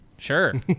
Sure